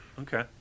Okay